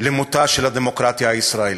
עם מותה של הדמוקרטיה הישראלית.